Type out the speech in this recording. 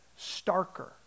starker